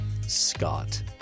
Scott